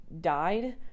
died